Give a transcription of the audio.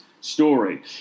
story